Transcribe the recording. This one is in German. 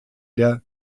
der